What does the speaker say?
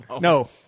No